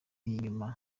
inyuma